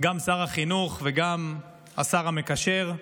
גם שר החינוך וגם השר המקשר,